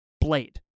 Blade